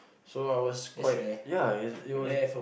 so I was quite ya it was